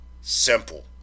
simple